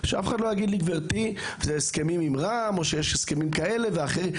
שאף אחד לא יגיד לי שזה הסכמים עם רע"מ או הסכמים כאלה ואחרים,